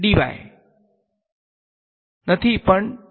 Student dy